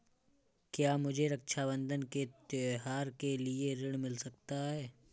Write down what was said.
क्या मुझे रक्षाबंधन के त्योहार के लिए ऋण मिल सकता है?